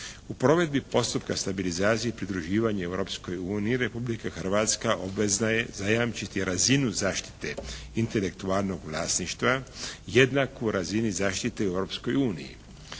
U provedbi postupka stabilizacije i pridruživanja Europskoj uniji Republika Hrvatska obvezna je zajamčiti razinu zaštite intelektualnog vlasništva jednakoj razini zaštite u